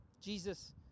Jesus